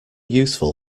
useful